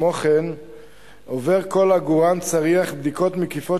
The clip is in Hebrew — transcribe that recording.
כמו כן עובר כל עגורן צריח בדיקות מקיפות